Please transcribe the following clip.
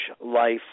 life